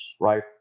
right